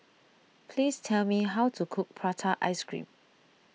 please tell me how to cook Prata Ice Cream